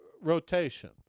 rotation